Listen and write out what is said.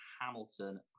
Hamilton